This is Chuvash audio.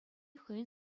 хӑйӗн